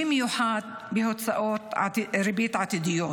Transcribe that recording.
במיוחד בהוצאות את ריבית עתידיות.